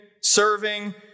serving